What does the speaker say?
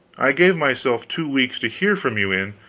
i gave myself two weeks to hear from you in.